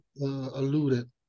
alluded